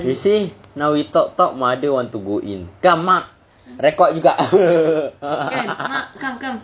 you see now we talk talk mother want to go in come mak record juga